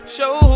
Show